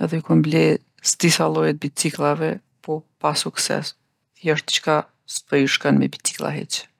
edhe ju kom ble s'di sa lloje t'bicikllave, po pa sukses. Thejshtë diçka s'po ju shkon me biciklla hiq.